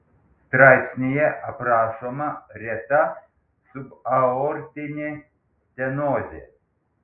straipsnyje aprašoma reta subaortinė stenozė